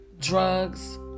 drugs